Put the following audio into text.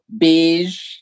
Beige